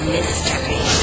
Mystery